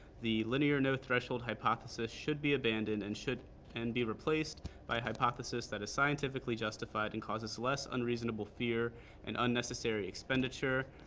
the linear no-threshold hypothesis should be abandoned and should and be replaced by a hypothesis that is scientifically justified and causes less unreasonable fear and unnecessary expenditure.